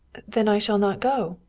then i shall not go.